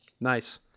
Nice